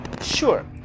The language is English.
Sure